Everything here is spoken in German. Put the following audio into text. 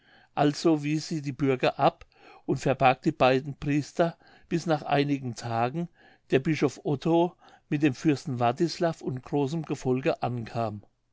also wies sie die bürger ab und verbarg die beiden priester bis nach einigen tagen der bischof otto mit dem fürsten wartislav und großem gefolge ankam